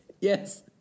Yes